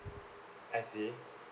I see